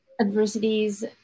adversities